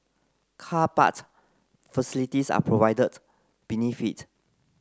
car part facilities are provided beneath it